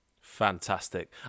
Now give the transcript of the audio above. fantastic